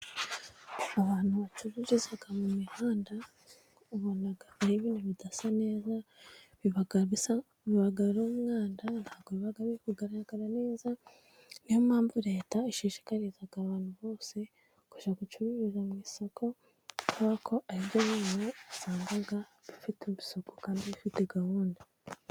Abantu bacururiza mu mihanda ubona ari ibintu bidasa neza, biba arumwanda ntabwo biba biri kugaragara neza, niyo mpamvu leta ishishikariza abantu bose kujya gucururiza mu isoko kuko ho ari ryo usanga rifite isuku kandi rifite gahunda.